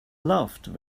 laughed